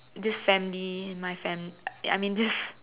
this family my fam I mean this